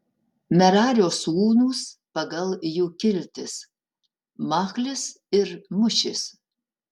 merario sūnūs pagal jų kiltis machlis ir mušis